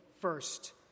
first